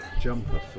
jumper